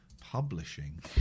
Publishing